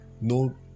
No